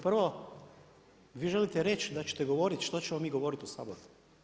Prvo vi želite reći da ćete govoriti što ćemo mi govorit u Saboru?